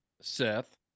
Seth